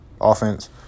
offense